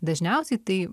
dažniausiai tai